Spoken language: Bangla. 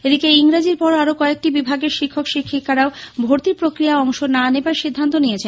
এদিকে ইংরেজীর পর আরও কয়েকটি বিভাগের শিক্ষক শিক্ষিকারও ভর্তি প্রক্রিয়ায় অংশ না নেবার সিদ্ধান্ত নিয়েছেন